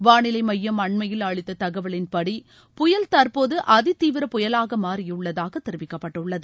வாளிலை எமயம் அண்மையில் அளித்த தகவலின்படி புயல் தற்போது அதி தீவிர புயலாக மாறியுள்ளதாக தெரிவிக்கப்பட்டுள்ளது